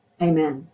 amen